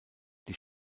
die